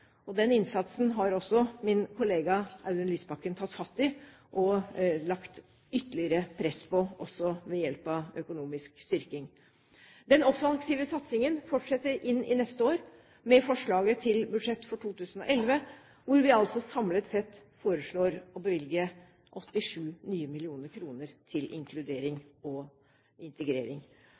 Den innsatsen har min kollega Audun Lysbakken tatt fatt i og lagt ytterligere press på ved hjelp av økonomisk styrking. Den offensive satsingen fortsetter inn i neste år med forslaget til budsjett for 2011, hvor vi altså samlet sett foreslår å bevilge 87 nye millioner kroner til inkludering og integrering.